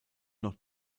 noch